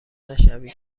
نشوید